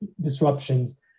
disruptions